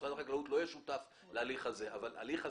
משרד החקלאות לא יהיה שותף להליך הזה אבל הליך הסגירה,